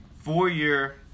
four-year